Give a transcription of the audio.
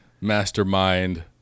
mastermind